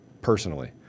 personally